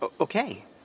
okay